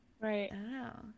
right